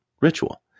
ritual